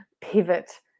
pivot